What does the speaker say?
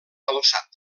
adossat